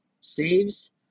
Saves